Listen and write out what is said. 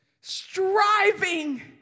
Striving